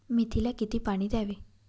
मेथीला किती पाणी द्यावे?